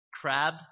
crab